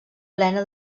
plena